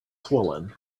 swollen